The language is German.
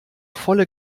volle